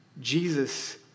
Jesus